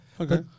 Okay